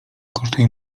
kosztuje